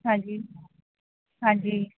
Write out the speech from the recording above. ਹਾਂਜੀ ਹਾਂਜੀ